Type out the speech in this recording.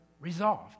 resolved